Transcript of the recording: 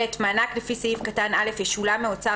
(ב)מענק לפי סעיף קטן (א) ישולם מאוצר